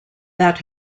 that